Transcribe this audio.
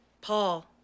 Paul